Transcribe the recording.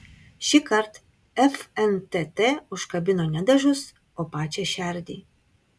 šįkart fntt užkabino ne dažus o pačią šerdį